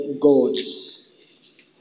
God's